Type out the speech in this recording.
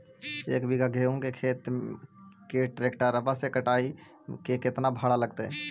एक बिघा गेहूं के खेत के ट्रैक्टर से कटाई के केतना भाड़ा लगतै?